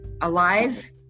alive